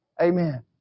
Amen